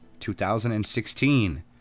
2016